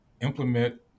implement